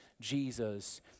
Jesus